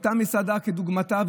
אותה מסעדה וכדוגמתה,